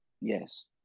Yes